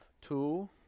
Two